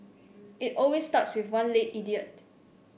it always starts with one late idiot